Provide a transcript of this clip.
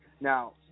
Now